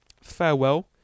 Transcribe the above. farewell